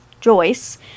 Joyce